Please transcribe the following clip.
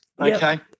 okay